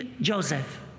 Joseph